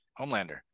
Homelander